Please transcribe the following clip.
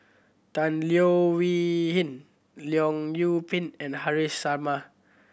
Tan Leo Wee Hin Leong Yoon Pin and Haresh Sharma